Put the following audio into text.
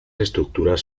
estructuras